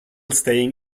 staying